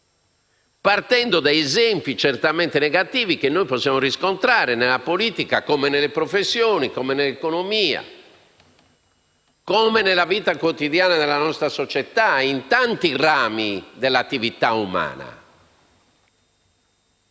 partendo da esempi certamente negativi, che noi possiamo riscontrare nella politica come nelle professioni, come nell'economia, come nella vita quotidiana della nostra società, in tanti rami dell'attività umana.